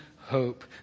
hope